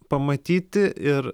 pamatyti ir